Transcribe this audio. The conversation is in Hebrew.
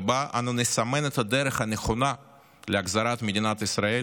ובה אנו נסמן את הדרך הנכונה להחזרת מדינת ישראל